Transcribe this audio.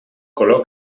color